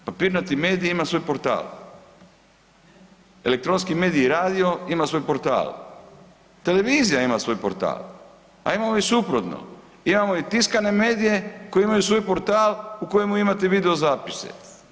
Papirnati medij ima svoj portal, elektronski medij je radio ima svoj portal, televizija ima svoj portal, a imamo i suprtno, imamo i tiskane medije koji imaju svoj portal u kojemu imate videozapise.